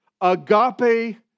agape